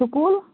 school